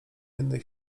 jednej